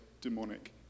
demonic